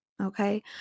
okay